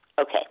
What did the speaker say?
Okay